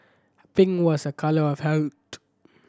pink was a colour of health